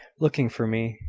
looking for me,